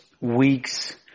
weeks